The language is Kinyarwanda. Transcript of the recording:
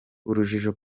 urujijo